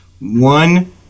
One